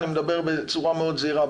אני מדבר בצורה מאוד זהירה,